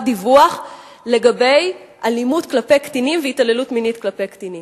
דיווח לגבי אלימות כלפי קטינים והתעללות מינית בקטינים.